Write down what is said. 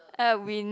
uh wind